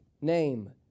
name